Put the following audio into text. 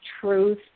truth